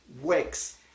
works